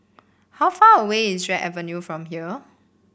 how far away is Drake Avenue from here